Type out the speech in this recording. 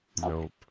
Nope